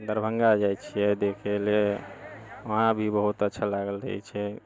दरभंगा जाइ छियै देखे लेल वहाँ भी बहुत अच्छा लागल रहै छै